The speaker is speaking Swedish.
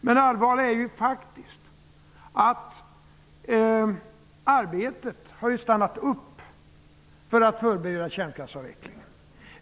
Det allvarliga är ju att arbetet för att förbereda kärnkraftsavvecklingen har stannat upp.